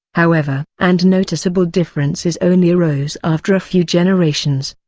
however. and noticeable differences only arose after a few generations.